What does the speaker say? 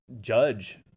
judge